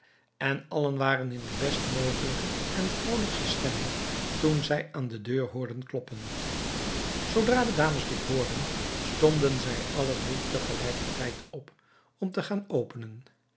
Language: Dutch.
en allen waren in de best mogelijke en vrolijkste stemming toen zij aan de deur hoorden kloppen zoodra de dames dit hoorden stonden zij alle drie te gelijker tijd op om te gaan openen